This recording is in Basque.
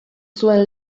zuen